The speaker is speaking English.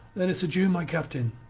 then it's adieu, my captain.